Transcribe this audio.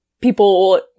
people